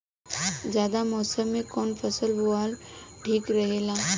जायद मौसम में कउन फसल बोअल ठीक रहेला?